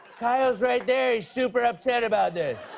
kyle's right there. he's super upset about this.